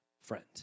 friend